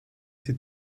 sie